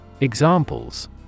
Examples